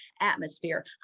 atmosphere